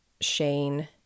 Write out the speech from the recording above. Shane